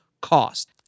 cost